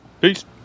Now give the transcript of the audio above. Peace